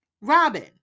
Robin